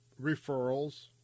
referrals